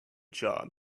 job